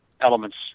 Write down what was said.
elements